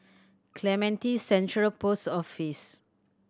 Clementi Central Post Office